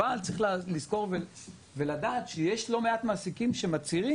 אבל צריך לזכור ולדעת שיש לא מעט מעסיקים שמצהירים